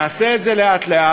נעשה את זה לאט-לאט,